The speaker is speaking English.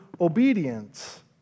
obedience